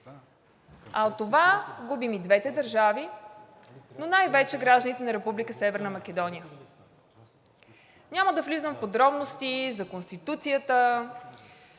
А от това губим и двете държави, но най-вече гражданите на Република Северна Македония. Няма да влизам в подробности за Конституцията,